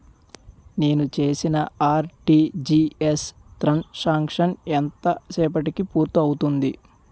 నేను చేసిన RTGS transaction ఎంత సేపటికి పూర్తి అవుతుంది?